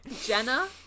Jenna